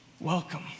Welcome